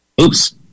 Oops